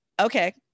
okay